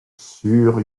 sur